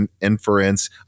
inference